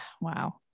Wow